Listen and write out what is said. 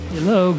Hello